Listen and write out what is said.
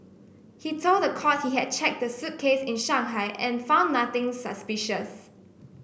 he told the court he had checked the suitcase in Shanghai and found nothing suspicious